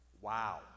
Wow